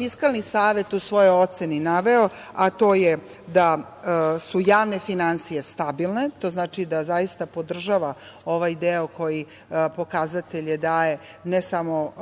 Fiskalni savet u svojoj oceni naveo, a to je da su javne finansije stabilne, to znači da zaista podržava ovaj deo koji pokazatelje daje ne samo